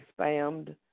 spammed